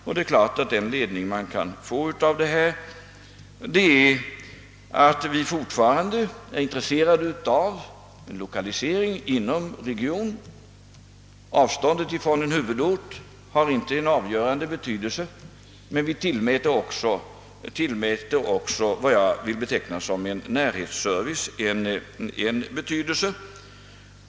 Och den ledning vi kan få av detta fall är att vi alltjämt är intresserade av lokalisering inom den regionen. Avståndet från en huvudort har inte avgörande betydelse. Men det som jag vill beteckna som närhetsservice tillmäter vi också betydelse.